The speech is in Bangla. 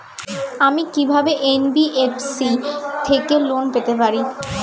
আমি কি কিভাবে এন.বি.এফ.সি থেকে লোন পেতে পারি?